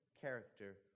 character